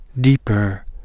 deeper